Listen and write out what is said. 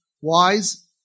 wise